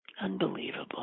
unbelievable